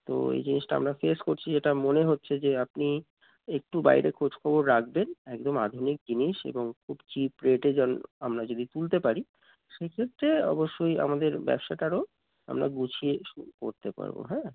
তো এই জিনিসটা আমরা ফেস করছি যেটা মনে হচ্ছে যে আপনি একটু বাইরে খোঁজ খবর রাখবেন একদম আধুনিক জিনিস এবং খুব চিপ রেটে যেন আমরা যদি তুলতে পারি সেইক্ষেত্রে অবশ্যই আমাদের ব্যবসাটারও আমরা গুছিয়ে করতে পারবো হ্যাঁ